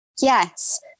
Yes